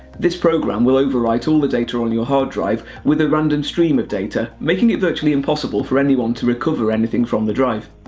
this program will overwrite all the data on your hard drive with a random stream of data, making it virtually impossible for anyone to recover anything from the drive.